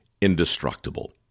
indestructible